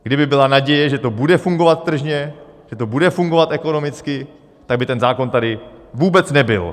Kdyby byla naděje, že to bude fungovat tržně, že to bude fungovat ekonomicky, tak by ten zákon tady vůbec nebyl.